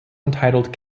entitled